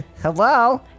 Hello